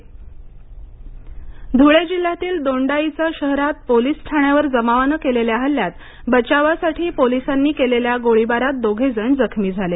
नितीन जाधव धुळे जिल्ह्यातील दोंडाईचा शहरात पोलिस ठाण्यावर जमावानं केलेल्या हल्ल्यात बचावासाठी पोलीसांनी केलेल्या गोळीबारात दोघे जण जखमी झाले